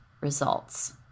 results